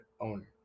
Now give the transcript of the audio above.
owner